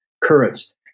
currents